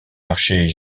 marchés